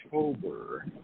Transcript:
October